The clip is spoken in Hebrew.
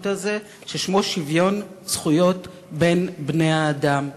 הזה ששמו שוויון זכויות בין בני-האדם.